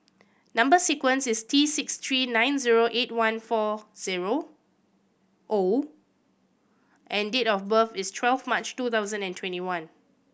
number sequence is T six three nine zero eight one four zero O and date of birth is twelve March two thousand and twenty one